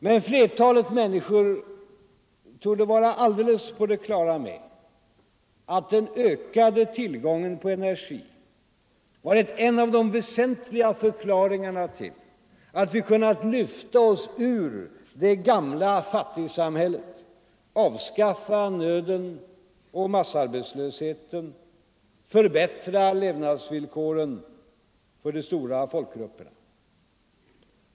Men flertalet människor torde vara alldeles på det klara med att den ökade tillgången på energi har varit en av de väsentliga förklaringarna till att vi kunnat lyfta oss ur det gamla fattigsamhället, avskaffa nöden och massarbetslösheten samt förbättra levnadsvillkoren för de stora folkgrupperna.